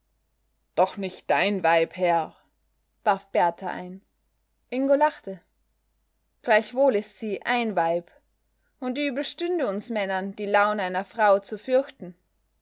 doch nicht dein weib herr warf berthar ein ingo lachte gleichwohl ist sie ein weib und übel stünde uns männern die laune einer frau zu fürchten